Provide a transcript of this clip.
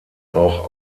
auch